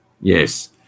Yes